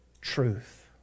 Truth